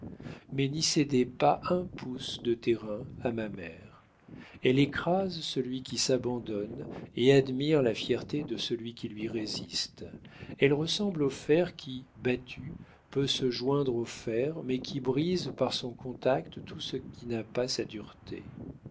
mais n'y cédez pas un pouce de terrain à ma mère elle écrase celui qui s'abandonne et admire la fierté de celui qui lui résiste elle ressemble au fer qui battu peut se joindre au fer mais qui brise par son contact tout ce qui n'a pas sa dureté